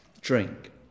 drink